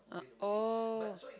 ah oh